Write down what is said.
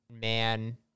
man